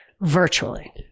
virtually